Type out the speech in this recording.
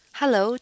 Hello